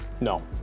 No